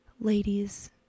ladies